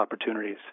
opportunities